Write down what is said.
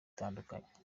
itandukanye